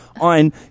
on